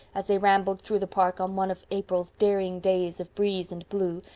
as they rambled through the park on one of april's darling days of breeze and blue,